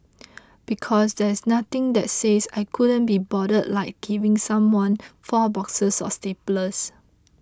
because there is nothing that says I couldn't be bothered like giving someone four boxes of staples